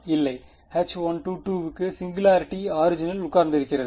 இல்லை H1 கு singularity ஆரிஜினில் உட்கார்ந்திருக்கிறது